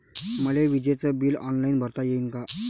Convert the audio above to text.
मले विजेच bill online भरता येईन का?